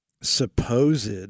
supposed